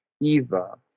eva